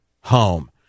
home